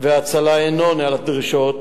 והצלה אינו עונה על הדרישות,